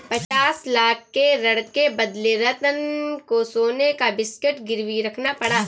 पचास लाख के ऋण के बदले रतन को सोने का बिस्कुट गिरवी रखना पड़ा